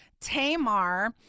Tamar